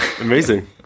Amazing